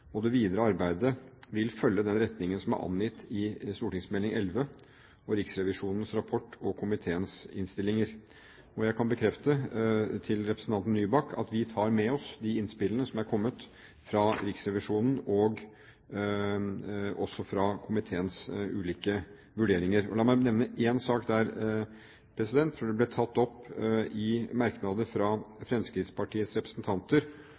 og det videre arbeidet vil følge den retningen som er angitt i Meld. St. 11 for 2009–2010 og Riksrevisjonens rapport og komiteens innstillinger. Jeg kan bekrefte overfor representanten Nybakk at vi tar med oss de innspillene som er kommet fra Riksrevisjonen, og også komiteens ulike vurderinger. La meg nevne én sak der. I merknader